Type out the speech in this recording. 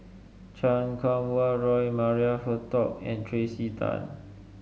Chan Kum Wah Roy Maria Hertogh and Tracey Tan